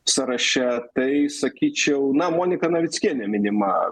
sąraše tai sakyčiau na monika navickienė minima